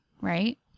right